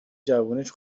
جوونیش